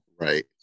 Right